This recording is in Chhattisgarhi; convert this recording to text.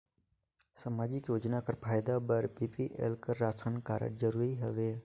समाजिक योजना कर फायदा बर बी.पी.एल कर राशन कारड जरूरी हवे?